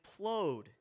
implode